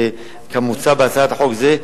כמוצע בהצעת חוק זו,